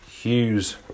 Hughes